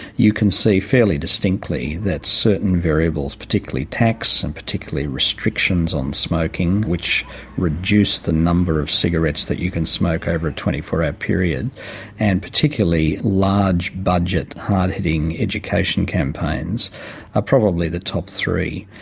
you can see fairly distinctly that certain variables, particularly tax and particularly restrictions on smoking which reduce the number of cigarettes that you can smoke over a twenty four hour period and particularly large-budget hard-hitting education campaigns are probably the top three.